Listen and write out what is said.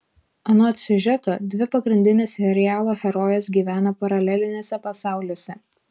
anot siužeto dvi pagrindinės serialo herojės gyvena paraleliniuose pasauliuose